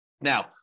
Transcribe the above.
Now